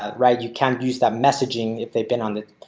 ah right you can use that messaging if they've been on the.